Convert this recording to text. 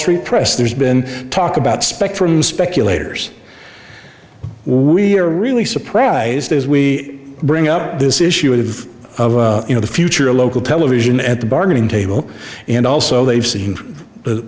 street press there's been talk about spectrum speculators we're really surprised as we bring up this issue of you know the future of local television at the bargaining table and also they've seen the